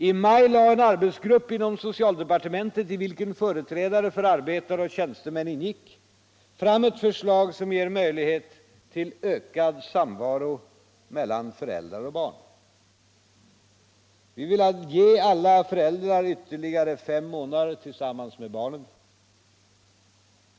I maj lade en arbetsgrupp inom socialdepartementet, i vilken företrädare för arbetare och tjänstemän ingick, fram ett förslag som ger möjlighet till ökad samvaro mellan föräldrar och barn. Vi vill ge alla föräldrar ytterligare fem månader tillsammans med barnen.